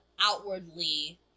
outwardly